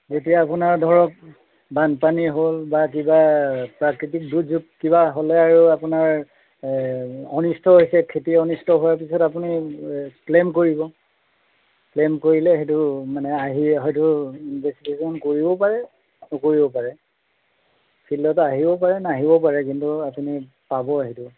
যেতিয়া আপোনাৰ ধৰক বানপানী হ'ল বা কিবা প্ৰাকৃতিক দুৰ্যোগ কিবা হ'লে আৰু আপোনাৰ অনিষ্ট হৈছে খেতি অনিষ্ট হোৱাৰ পিছত আপুনি ক্লেইম কৰিব ক্লেইম কৰিলে সেইটো মানে আহি হয়তো ইনভেষ্টিগেশ্যন কৰিবও পাৰে নকৰিবও পাৰে ফিল্ডত আহিবও পাৰে নাহিবও পাৰে কিন্তু আপুনি পাব সেইটো